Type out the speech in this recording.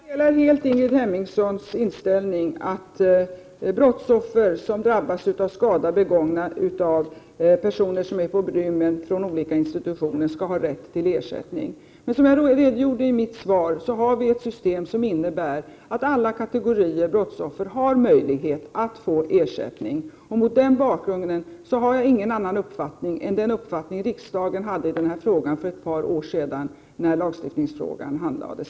Herr talman! Jag delar helt Ingrid Hemmingssons uppfattning att brottsoffer som drabbas av skada i samband med brott begångna av personer som är på rymmen från olika institutioner skall ha rätt till ersättning. Som jag redogjorde för i mitt svar har vi ett system som innebär att alla kategorier brottsoffer har möjlighet att få ersättning. Mot den bakgrunden har jag ingen annan uppfattning än den som riksdagen hade i denna fråga för ett par år sedan när lagstiftningsfrågan behandlades.